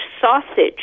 sausage